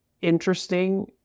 interesting